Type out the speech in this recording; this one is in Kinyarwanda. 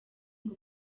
ngo